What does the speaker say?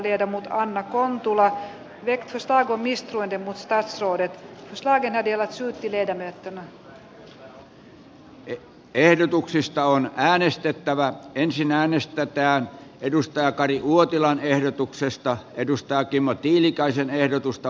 hallitus on toimettomana seurannut työttömyyden jatkuvaa kasvua eikä hallitus vastauksessaan kertonut mihin välittömiin työttömyyttä vähentäviin ja työllisyyttä parantaviin toimiin hallitus ryhtyy